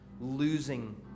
losing